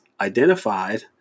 identified